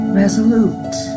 resolute